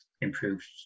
improved